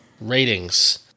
Ratings